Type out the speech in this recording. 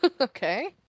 okay